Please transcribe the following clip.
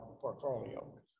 portfolio